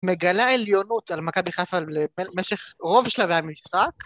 מגלה עליונות על מכבי חיפה למשך רוב שלבי המשחק.